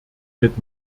mit